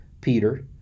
Peter